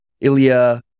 Ilya